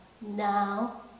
now